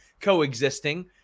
coexisting